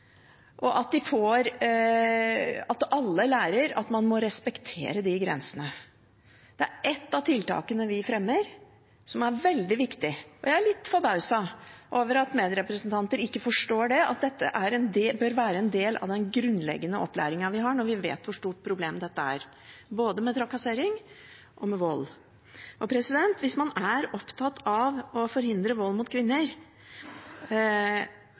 nei, at de eier sin egen kropp, og at alle lærer at man må respektere de grensene. Det er ett av tiltakene vi fremmer, som er veldig viktig. Jeg er litt forbauset over at medrepresentanter ikke forstår at dette bør være en del av den grunnleggende opplæringen vi har, når vi vet hvor stort problemet er med både trakassering og vold. Hvis man er opptatt av å forhindre vold mot kvinner,